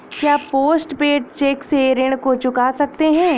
क्या post paid cheque से ऋण को चुका सकते हैं?